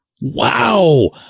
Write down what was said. Wow